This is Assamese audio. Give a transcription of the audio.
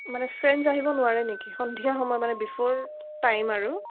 মানে ফ্ৰেণ্ডছ আহিব নোৱাৰে নেকি সন্ধিয়া সময়ত মানে বিফ'ৰ টাইম আৰু